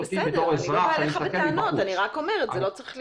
את שואלת אותי בתור אזרח שמסתכל מבחוץ.